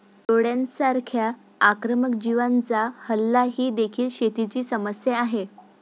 टोळांसारख्या आक्रमक जीवांचा हल्ला ही देखील शेतीची समस्या आहे